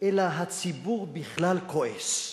אלא הציבור בכלל כועס.